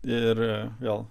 ir vėl